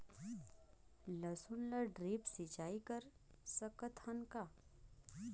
लसुन ल ड्रिप सिंचाई कर सकत हन का?